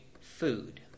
food